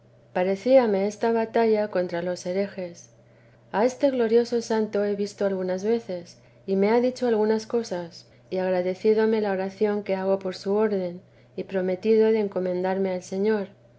mataban parecíame esta batalla contra los herejes a este glorioso santo he visto algunas veces y me ha dicho algunas cosas y agradecídome la oración que hago por su orden y prometido de encomendarme al señor